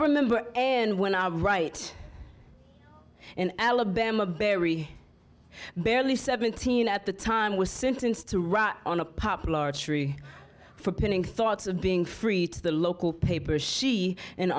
remember and when i write in alabama barry barely seventeen at the time was sentenced to rot on a popular tree for pinning thoughts of being free to the local paper she and